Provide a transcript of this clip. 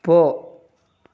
போ